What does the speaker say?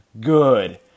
good